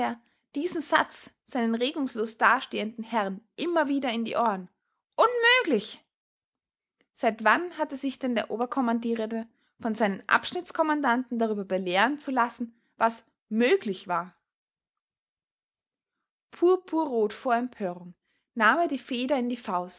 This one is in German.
diesen satz seinen regungslos dastehenden herren immer wieder in die ohren unmöglich seit wann hatte sich denn der oberkommandierende von seinen abschnittskommandanten darüber belehren zu lassen was möglich war purpurrot vor empörung nahm er die feder in die faust